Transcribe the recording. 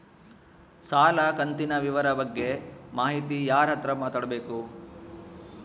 ಸಾಲ ಕಂತಿನ ವಿವರ ಬಗ್ಗೆ ಮಾಹಿತಿಗೆ ಯಾರ ಹತ್ರ ಮಾತಾಡಬೇಕು?